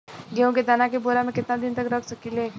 गेहूं के दाना के बोरा में केतना दिन तक रख सकिले?